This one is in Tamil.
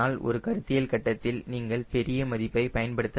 ஆனால் ஒரு கருத்தியல் கட்டத்தில் நீங்கள் பெரிய மதிப்பை பயன்படுத்த வேண்டும்